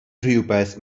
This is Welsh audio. rhywbeth